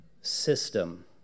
system